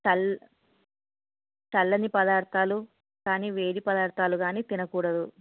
తల్ చల్లని పదార్థాలు కానీ వేడి పదార్థాలు కానీ తినకూడదు